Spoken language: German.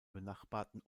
benachbarten